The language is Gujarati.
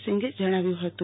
સિંઘે જણાવ્યું હતું